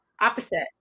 Opposite